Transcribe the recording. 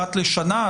אחת לשנה,